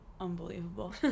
Unbelievable